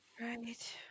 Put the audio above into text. Right